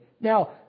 Now